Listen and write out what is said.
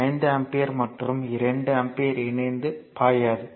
5 ampere மற்றும் 2 ampere இணைந்து பாயாது